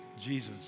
Jesus